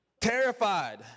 Terrified